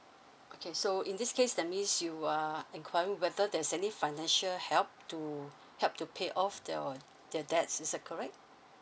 okay so in this case that means you are enquire whether there's any financial help to help to pay off your your debts is that correct